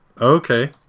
Okay